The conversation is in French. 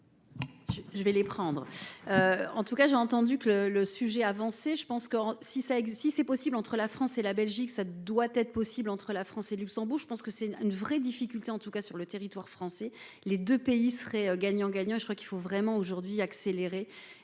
Je vais les prendre. En tout cas j'ai entendu que le le sujet avancer, je pense que si ça existe si c'est possible entre la France et la Belgique. Ça doit être possible entre la France et Luxembourg. Je pense que c'est une vraie difficulté en tout cas sur le territoire français. Les 2 pays serait gagnant gagnant. Je crois qu'il faut vraiment aujourd'hui accélérer